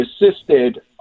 assisted